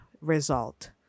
result